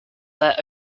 their